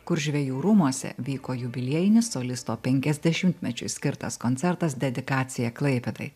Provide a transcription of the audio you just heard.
kur žvejų rūmuose vyko jubiliejinis solisto penkiasdešimtmečiui skirtas koncertas dedikacija klaipėdai